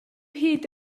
hyd